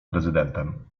prezydentem